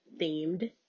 themed